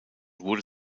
wurde